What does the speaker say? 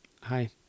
Hi